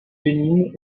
bénigne